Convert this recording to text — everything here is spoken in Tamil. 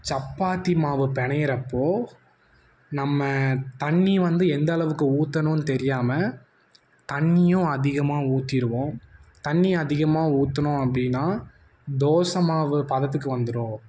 சப்பாத்தி மாவு பெசையிறப்போ நம்ம தண்ணி வந்து எந்த அளவுக்கு ஊற்றணுன்னு தெரியாமல் தண்ணியும் அதிகமா ஊற்றிருவோம் தண்ணி அதிகமாக ஊற்றினோம் அப்படின்னா தோசை மாவு பதத்துக்கு வந்துடும்